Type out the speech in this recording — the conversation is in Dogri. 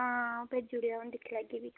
आं भेजी औढ़ेओ दिक्खी लैगी फ्ही